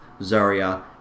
Zarya